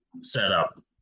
setup